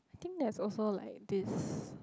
I think there's also like this